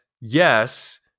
yes